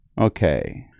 Okay